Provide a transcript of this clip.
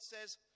says